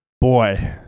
boy